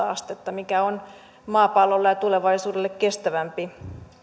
astetta mikä on maapallolle ja tulevaisuudelle kestävämpi